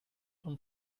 und